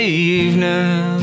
evening